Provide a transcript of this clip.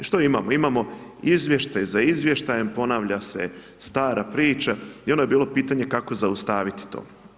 Što imamo, imamo izvještaj za izvještajem, ponavlja se stara priča i ono je bilo pitanje kako zaustaviti to.